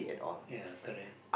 ya correct